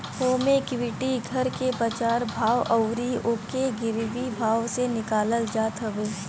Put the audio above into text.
होमे equity घर के बाजार भाव अउरी ओके गिरवी भाव से निकालल जात हवे